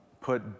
put